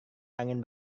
angin